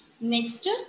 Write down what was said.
next